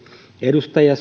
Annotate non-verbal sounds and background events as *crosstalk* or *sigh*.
edustaja *unintelligible*